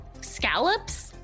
scallops